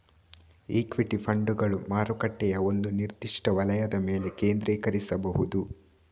equity ಫಂಡುಗಳು ಮಾರುಕಟ್ಟೆಯ ಒಂದು ನಿರ್ದಿಷ್ಟ ವಲಯದ ಮೇಲೆ ಕೇಂದ್ರೀಕರಿಸಬಹುದು